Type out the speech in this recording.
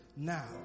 Now